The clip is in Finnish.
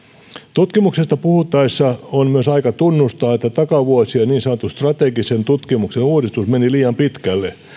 tutkimuksesta puhuttaessa on myös aika tunnustaa että takavuosien niin sanotun strategisen tutkimuksen uudistus meni liian pitkälle